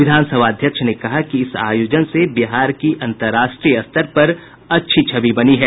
विधान सभा अध्यक्ष ने कहा कि इस आयोजन से बिहार की अंतरराष्ट्रीय स्तर पर अच्छी छवि बनी है